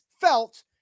felt